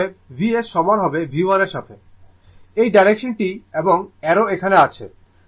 অতএব Vs সমান হবে V1 এর সাথে এই ডাইরেকশন টি এবং অ্যারো এখানে আছে